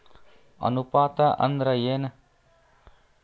ಅನುಪಾತ ಅಂದ್ರ ಏನ್?